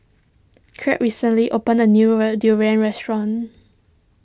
Kirt recently opened a newer Durian restaurant